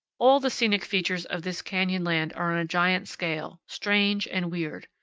all the scenic features of this canyon land are on a giant scale, strange and weird.